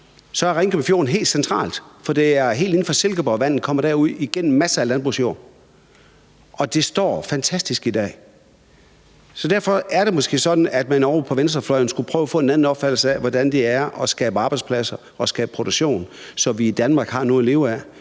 er noget helt centralt, for helt inde fra Silkeborg kommer vandet ud, og det er igennem masser af landbrugsjord. Og det står fantastisk i dag. Så derfor er det måske sådan, at man ovre på venstrefløjen skulle prøve at få en anden opfattelse af, hvordan det er at skabe arbejdspladser og skabe produktion, så vi i Danmark har noget at leve af